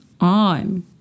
on